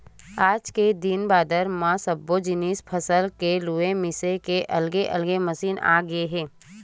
आज के दिन बादर म सब्बो जिनिस फसल के लूए मिजे के अलगे अलगे मसीन आगे हे